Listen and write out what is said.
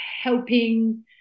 helping